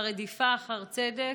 והרדיפה אחר צדק,